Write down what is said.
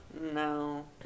No